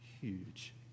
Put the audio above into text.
huge